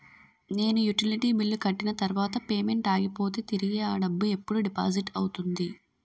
నేను utility bill కట్టిన తర్వాత పేమెంట్ ఆగిపోతే తిరిగి అ డబ్బు ఎప్పుడు డిపాజిట్ అవుతుంది?